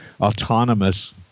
autonomous